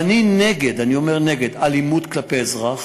ואני נגד, אני אומר, נגד, אלימות כלפי אזרח,